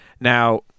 Now